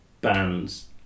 bands